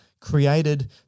created